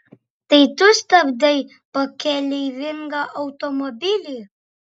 tai tu stabdai pakeleivingą automobilį